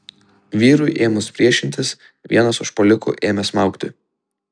vyrui ėmus priešintis vienas užpuolikų ėmė smaugti